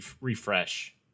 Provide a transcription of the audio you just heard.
refresh